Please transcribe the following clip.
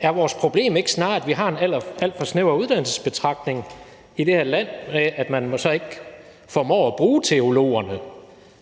Er vores problem ikke snarere, at vi har en alt for snæver måde at betragte uddannelse på i det her land, når man så ikke formår at bruge teologerne